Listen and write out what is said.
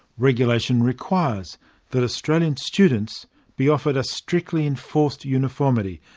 regulation requires that australian students be offered a strictly enforced uniformity,